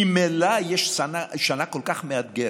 ממילא יש שנה כל כך מאתגרת,